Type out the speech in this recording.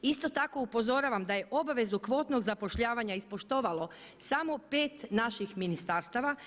Isto tako upozoravam da je obvezu kvotnog zapošljavanja ispoštovalo samo pet naših ministarstava.